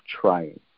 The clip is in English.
trying